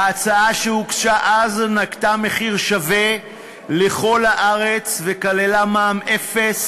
ההצעה שהוגשה אז נקטה מחיר שווה לכל הארץ וכללה מע"מ אפס